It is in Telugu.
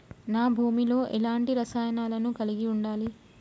నా భూమి లో ఎలాంటి రసాయనాలను కలిగి ఉండాలి?